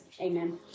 Amen